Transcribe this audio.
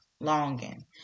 longing